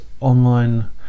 Online